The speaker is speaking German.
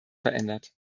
verändert